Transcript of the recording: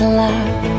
love